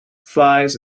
flies